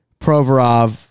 Provorov